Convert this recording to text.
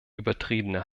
übertriebene